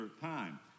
time